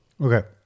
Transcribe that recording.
okay